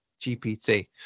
GPT